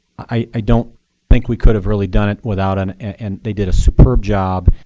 i don't think we could have really done it without an and they did a superb job.